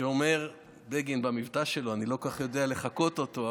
הינה אני אומר לך, אני מברך על כל מי שגינה, אבל